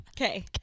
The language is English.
Okay